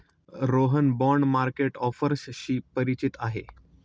Rohan bond market ऑफर्सशी परिचित आहे